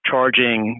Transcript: charging